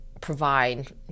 provide